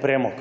premog.